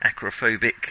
acrophobic